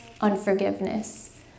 unforgiveness